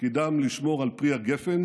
שתפקידם לשמור על פרי הגפן,